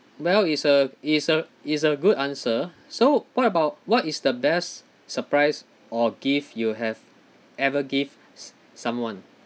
well it's a it's a it's a good answer so what about what is the best surprise or gift you have ever give s~ someone